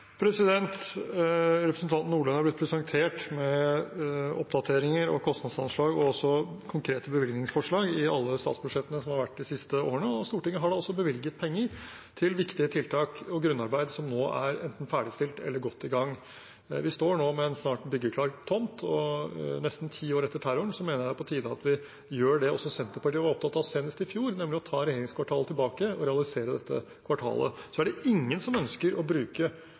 Representanten Nordlund har blitt presentert oppdateringer og kostnadsanslag og også konkrete bevilgningsforslag i alle statsbudsjettene som har vært de siste årene, og Stortinget har også bevilget penger til viktige tiltak og grunnarbeid som nå enten er ferdigstilt eller godt i gang. Vi står nå med en snart byggeklar tomt, og nesten ti år etter terroren mener jeg det er på tide at vi gjør det også Senterpartiet var opptatt av senest i fjor, nemlig å ta regjeringskvartalet tilbake og realisere dette kvartalet. Det er ingen som ønsker å bruke